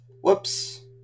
Whoops